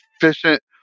efficient